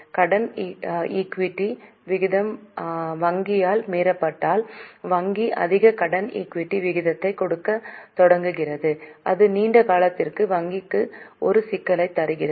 கடன் ஈக்விட்டி விகிதம் வங்கியால் மீறப்பட்டால் வங்கி அதிக கடன் ஈக்விட்டி விகிதத்தை கொடுக்கத் தொடங்குகிறது அது நீண்ட காலத்திற்கு வங்கிக்கு ஒரு சிக்கலைத் தருகிறது